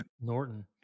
Norton